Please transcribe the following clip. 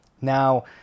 Now